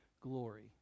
glory